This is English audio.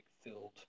filled